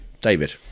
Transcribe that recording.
david